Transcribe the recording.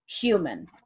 human